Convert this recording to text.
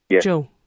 Joe